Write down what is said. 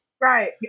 Right